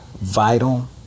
vital